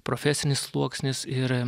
profesinis sluoksnis ir